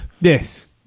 Yes